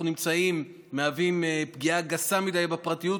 נמצאים מהווים פגיעה גסה מדי בפרטיות,